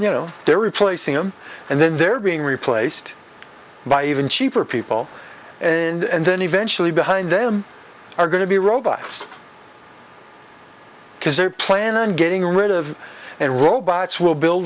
you know they're replacing them and then they're being replaced by even cheaper people and then eventually behind them are going to be robots because they're planning on getting rid of and robots will build